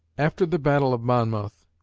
after the battle of monmouth,